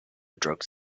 drugs